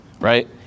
right